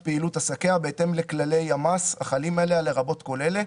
בפסקה (1), בסעיף קטן (ג)(1)